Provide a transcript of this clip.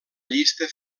llista